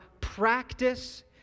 Practice